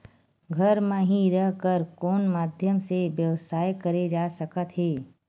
घर म हि रह कर कोन माध्यम से व्यवसाय करे जा सकत हे?